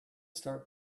start